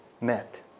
met